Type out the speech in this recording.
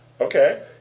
Okay